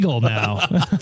now